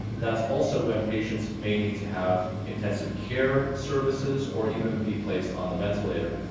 that's also when patients may need to have intensive care services or even be placed on the ventilator,